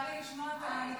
שתישארי לשמוע את הנאום.